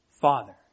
Father